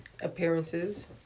Appearances